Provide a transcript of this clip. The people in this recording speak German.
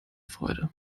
freude